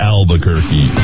Albuquerque